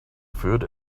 food